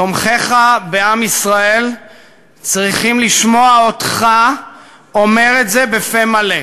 תומכיך בעם ישראל צריכים לשמוע אותך אומר את זה בפה מלא,